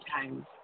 times